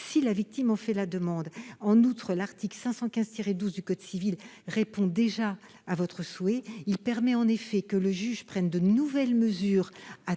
si la victime en fait la demande. En outre, l'article 515-12 du code civil répond déjà à votre demande. Il permet en effet que le juge prenne de nouvelles mesures,